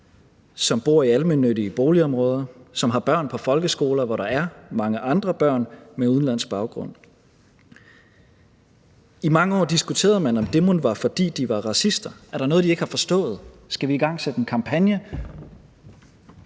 som bor i almennyttige boligområder, som har børn på folkeskoler, hvor der er mange andre børn med udenlandsk baggrund. I mange år diskuterede vi, om det mon var, fordi de var racister – er der noget, de ikke har forstået; skal vi igangsætte en kampagne?